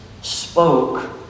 spoke